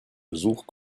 besuch